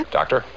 Doctor